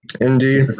Indeed